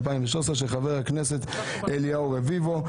התשפ"ג-2023, של חבר הכנסת אליהו רביבו.